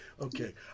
okay